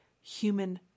human